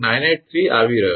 983 આવી રહયો છે